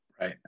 Right